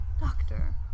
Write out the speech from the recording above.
Doctor